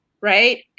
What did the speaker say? right